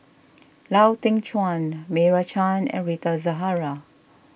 Lau Teng Chuan Meira Chand and Rita Zahara